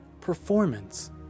performance